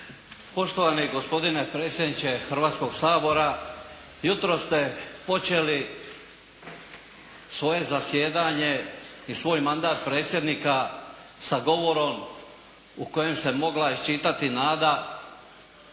Poštovani gospodine predsjedniče Hrvatskog sabora! Jutros ste počeli svoje zasjedanje i svoj mandat predsjednika sa govorom u kojem se mogla iščitati nada